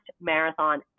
marathon